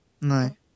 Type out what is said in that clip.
No